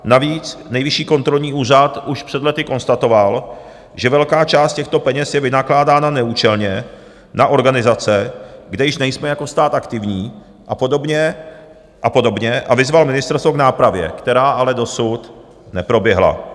Navíc Nejvyšší kontrolní úřad už před lety konstatoval, že velká část těchto peněz je vynakládána neúčelně na organizace, kde již nejsme jako stát aktivní a podobně, a vyzval ministerstvo k nápravě, která ale dosud neproběhla.